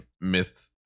myth